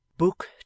Book